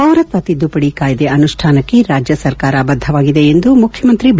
ಪೌರತ್ವ ತಿದ್ದುಪದಿ ಕಾಯ್ದೆ ಅನುಷ್ಠಾನಕ್ಕೆ ರಾಜ್ಯ ಸರ್ಕಾರ ಬದ್ದವಾಗಿದೆ ಎಂದು ಮುಖ್ಯಮಂತ್ರಿ ಬಿ